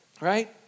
Right